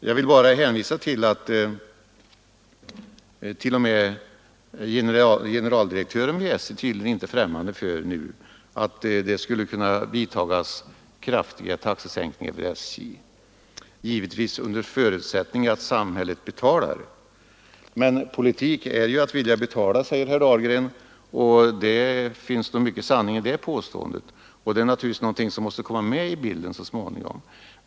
Jag vill hänvisa till att t.o.m. generaldirektören vid SJ nu tydligen inte är främmande för att företa kraftiga taxesänkningar vid SJ, givetvis under förutsättning att samhället betalar. Politik är att vilja betala, säger herr Dahlgren. Det finns mycket sanning i det påståendet, och det är naturligtvis någonting som måste komma med i bilden så småningom.